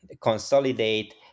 consolidate